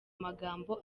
magambo